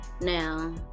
now